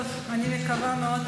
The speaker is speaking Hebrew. אני מקווה מאוד,